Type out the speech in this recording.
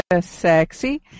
sexy